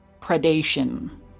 predation